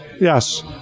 Yes